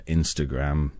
Instagram